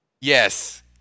Yes